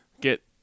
get